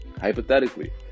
Hypothetically